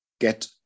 get